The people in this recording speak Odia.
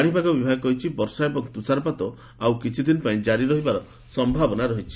ପାଶିପାଗ ବିଭାଗ କହିଛି ବର୍ଷା ଏବଂ ତୁଷାରପାତ ଆଉ କିଛି ଦିନ ପାଇଁ ଜାରି ରହିବାର ସମ୍ଭାବନା ଅଛି